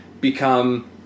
become